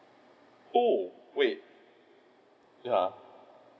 oh wait yeah